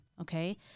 okay